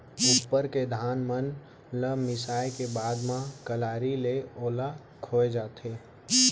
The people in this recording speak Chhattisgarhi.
उप्पर के धान मन ल मिसाय के बाद म कलारी ले ओला खोय जाथे